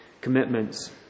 commitments